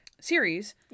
series